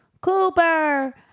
Cooper